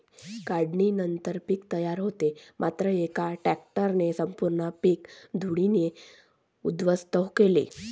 काढणीनंतर पीक तयार होते मात्र एका ट्रकने संपूर्ण पीक धुळीने उद्ध्वस्त केले